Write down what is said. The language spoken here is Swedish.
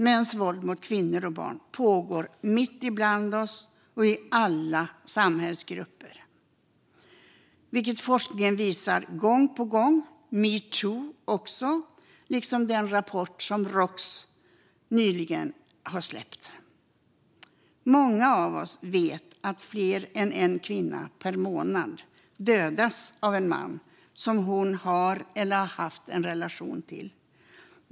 Mäns våld mot kvinnor och barn pågår mitt ibland oss och i alla samhällsgrupper, vilket forskningen visat gång på gång, liksom metoo och den rapport som Roks nyligen släppt. Många av oss vet att fler än en kvinna per månad dödas av en man som hon har eller har haft en relation med.